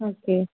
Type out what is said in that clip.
okay